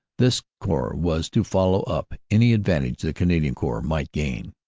this corps was to follow up any advantage the canadian corps might gain.